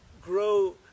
grow